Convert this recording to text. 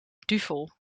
duvel